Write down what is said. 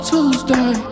Tuesday